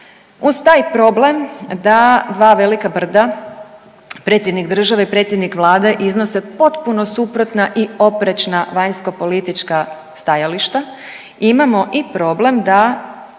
Uz taj problem da dva velika brda, predsjednik države i predsjednik vlade iznose potpuno suprotna i oprečna vanjskopolitička stajališta imamo i problem da